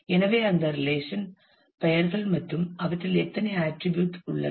எனவே அந்த ரிலேஷன் பெயர்கள் மற்றும் அவற்றில் எத்தனை ஆட்டிரிபியூட் உள்ளன